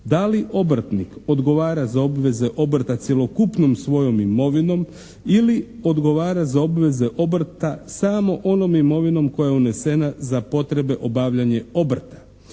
da li obrtnik odgovara za obveze obrta cjelokupnom svojom imovinom ili odgovara za obveze obrta samo onom imovinom koja je unesena za potrebe obavljanja obrta.